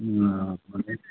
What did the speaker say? हूँ